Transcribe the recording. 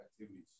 Activities